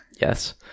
Yes